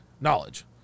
knowledge